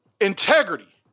Integrity